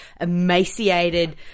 emaciated